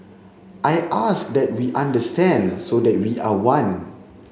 I ask that we understand so that we are one